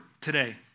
today